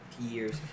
Years